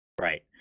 Right